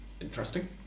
interesting